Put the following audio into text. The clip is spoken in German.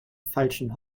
falschen